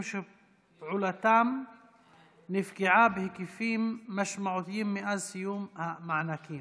שפעולתם נפגעה בהיקפים משמעותיים מאז סיום המענקים,